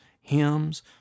hymns